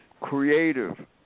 creative